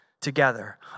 together